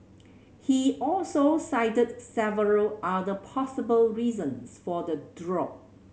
he also cited several other possible reasons for the drop